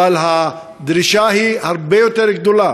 אבל הדרישה היא הרבה יותר גדולה.